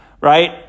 right